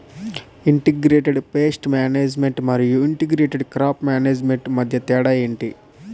integrated pest management మరియు integrated crop management మధ్య తేడా ఏంటి